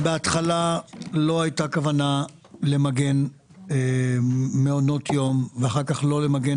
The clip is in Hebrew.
בהתחלה לא הייתה כוונה למגן מעונות יום ואחר כך לא למגן